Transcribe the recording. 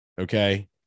okay